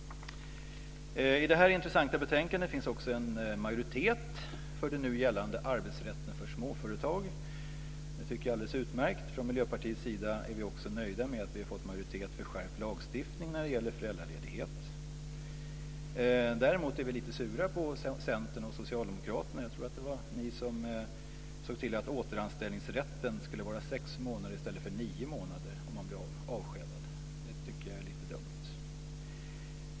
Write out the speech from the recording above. I detta intressanta betänkande finns en majoritet för den nu gällande arbetsrätten för småföretag. Det tycker jag är alldeles utmärkt. Från Miljöpartiets sida är vi också nöjda med att vi har fått majoritet för skärpt lagstiftning när det gäller föräldraledighet. Däremot är vi lite sura på Centern och Socialdemokraterna - jag tror att det var ni som såg till att återanställningsrätten skulle vara i sex månader i stället för nio månader om man blir avskedad. Det tycker jag är lite dumt.